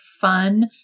fun